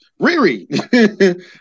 Riri